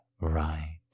right